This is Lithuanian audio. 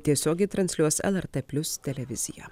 tiesiogiai transliuos lrt plius televizija